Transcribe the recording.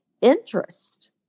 interest